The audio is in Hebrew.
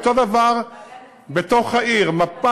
זה נכון לגבי בעלי הנכסים,